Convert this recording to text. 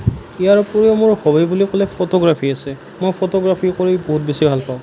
ইয়াৰ উপৰিও মোৰ হবি বুলি ক'লে ফটোগ্ৰাফী আছে মই ফটোগ্ৰাফী কৰি বহুত বেছি ভাল পাওঁ